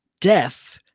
death